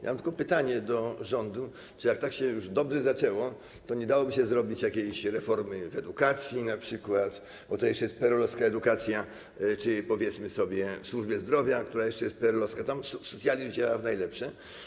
Ja mam tylko pytanie do rządu, czy jak tak się już dobrze zaczęło, to nie dałoby się zrobić jakiejś reformy np. w edukacji, bo to jeszcze jest PRL-owska edukacja, czy, powiedzmy sobie, w służbie zdrowia, która jeszcze jest PRL-owska, tam socjalizm działa w najlepsze.